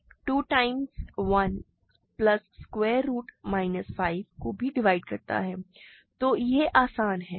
2 2 times 1 plus square root minus 5 को भी divide करता है तो यह आसान है